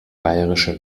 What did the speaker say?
bayerischer